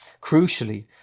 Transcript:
crucially